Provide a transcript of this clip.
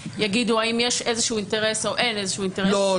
יגידו האם יש איזה שהוא אינטרס או אין איזה שהוא אינטרס --- לא,